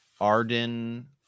Arden